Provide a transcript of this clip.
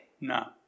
No